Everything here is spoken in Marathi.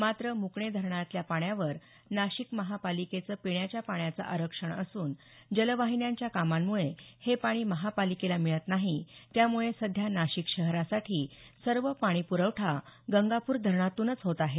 मात्र म्कणे धरणातल्या पाण्यावर नाशिक महापालिकेचं पिण्याच्या पाण्याचं आरक्षण असून जलवाहिन्यांच्या कामामुळे हे पाणी महापालिकेला मिळत नाही त्यामुळे सध्या नाशिक शहरासाठी सर्व पाणीप्रवठा गंगापूर धरणातूनच होत आहे